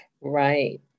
Right